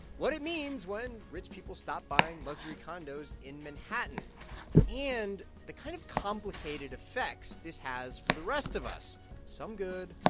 what it means when rich people stop buying luxury condos in manhattan and the kind of complicated effects this has for the rest of us some good,